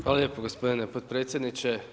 Hvala lijepo gospodine potpredsjedniče.